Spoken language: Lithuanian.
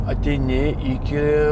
ateini iki